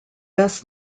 best